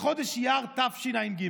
בחודש אייר תשע"ג,